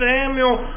Samuel